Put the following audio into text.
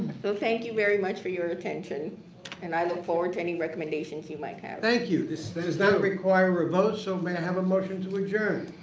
so thank you very much for your attention and i look forward to any recommendations you might have. thank you. that is not required a vote, so may i have motion to adjourn.